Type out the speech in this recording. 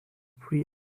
free